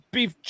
Beef